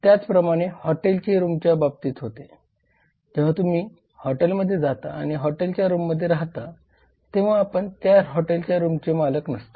त्याचप्रमाणे हॉटेलची रूमच्या बाबतीत होते जेव्हा तुम्ही हॉटेलमध्ये जाता आणि हॉटेलच्या रूममध्ये राहता तेव्हा आपण त्या हॉटेलच्या रूमचे मालकच नसता